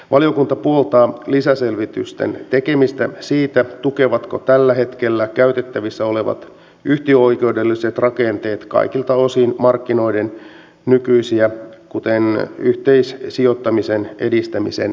valiokunta puoltaa lisäselvitysten tekemistä siitä tukevatko tällä hetkellä käytettävissä olevat yhtiöoikeudelliset rakenteet kaikilta osin markkinoiden nykyisiä kuten yhteissijoittamisen edistämisen tarpeita